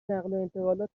نقلوانتقالات